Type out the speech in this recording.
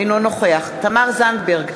אינו נוכח תמר זנדברג,